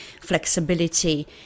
flexibility